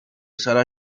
sarah